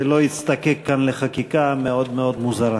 ולא יזדקק כאן לחקיקה מאוד מאוד מוזרה.